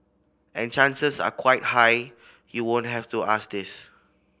and chances are quite high you won't have to ask this